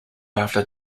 after